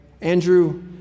Andrew